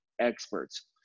experts